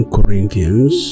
Corinthians